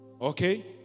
Okay